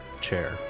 chair